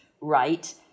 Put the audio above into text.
right